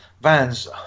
vans